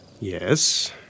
Yes